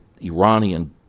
Iranian